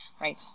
right